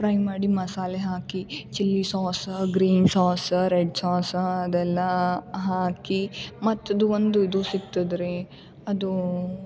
fry ಮಾಡಿ ಮಸಾಲೆ ಹಾಕಿ chilli sauce green sauce red sauce ಅದೆಲ್ಲಾ ಹಾಕಿ ಮತ್ತು ಅದು ಒಂದು ಇದು ಸಿಗ್ತದೆ ರೀ ಅದೂ